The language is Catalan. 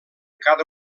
cada